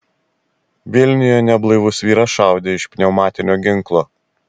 vilniuje neblaivus vyras šaudė iš pneumatinio ginklo